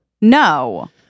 No